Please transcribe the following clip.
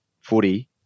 footy